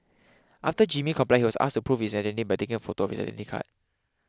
after Jimmy complied he was asked to prove his identity by taking a photo of his Identity Card